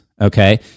okay